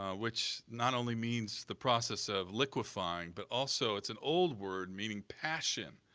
ah which not only means the process of liquefying but also it's an old word meaning passion.